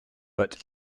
but